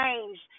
changed